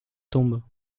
tombent